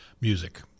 music